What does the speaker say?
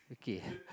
okay